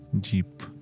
deep